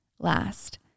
Last